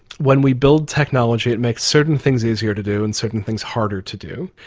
when we build technology it makes certain things easier to do and certain things harder to do.